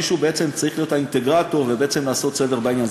מישהו צריך להיות האינטגרטור ולעשות סדר בעניין.